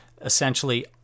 essentially